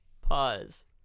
pause